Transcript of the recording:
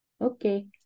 Okay